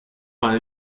einmal